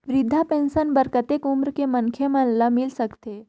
वृद्धा पेंशन बर कतेक उम्र के मनखे मन ल मिल सकथे?